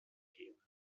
gehen